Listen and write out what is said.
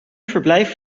verblijf